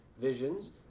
Visions